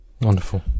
Wonderful